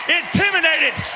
intimidated